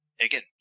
again